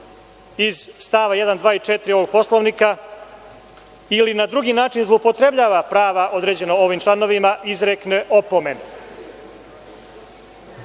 iz st. 1, 2. i 4. ovog Poslovnika ili na drugi način zloupotrebljava prava određena ovim članovima izrekne